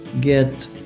get